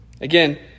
Again